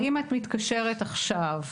שאם את מתקשרת עכשיו.